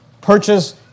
purchase